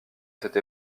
cette